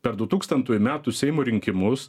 per dutūkstantųjų metų seimo rinkimus